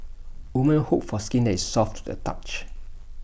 women hope for skin that is soft to the touch